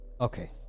Okay